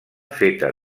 feta